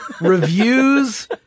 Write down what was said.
reviews